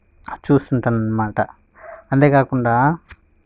చూస్తుంటాను అన్నమాట అంతే కాకుండా